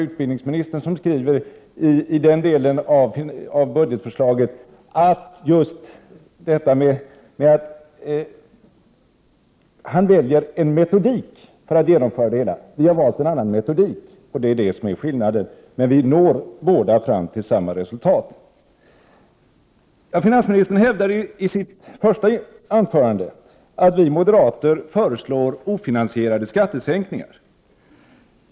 Utbildningsministern skriver i den delen av budgetförslaget vilken metodik han har valt för att genomföra det hela. Vi har valt en annan metodik. Det är det som är skillnaden! Vi når båda fram till samma resulat. Finansministern hävdade i sitt första anförande att vi moderater föreslår ofinansierade skattesänkningar.